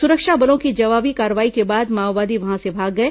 सुरक्षा बलों की जवाबी कार्रवाई के बाद माओवादी वहां से भाग गए